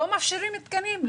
לא מאפשרים תקנים,